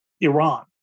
Iran